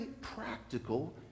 practical